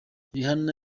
rihanna